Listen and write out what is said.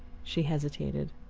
she hesitated.